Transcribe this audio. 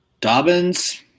Dobbins